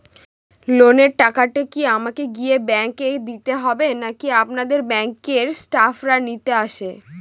লোনের টাকাটি কি আমাকে গিয়ে ব্যাংক এ দিতে হবে নাকি আপনাদের ব্যাংক এর স্টাফরা নিতে আসে?